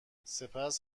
سپس